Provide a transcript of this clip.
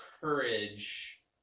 courage